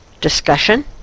discussion